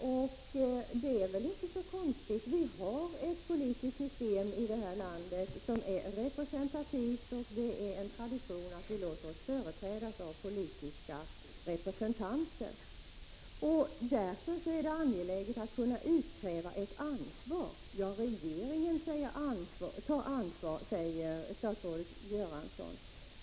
Herr talman! Statsrådet säger att vi är fångade i partipolitik. Det är väl inte så konstigt. Vi har ett politiskt system som är representativt, och det är tradition att vi då företräds av politiska representanter. Därför är det angeläget att kunna utkräva ett ansvar. Regeringen tar ansvaret, säger statsrådet Göransson.